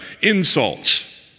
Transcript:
insults